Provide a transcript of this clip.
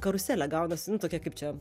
karuselė gaunasi nu tokia kaip čia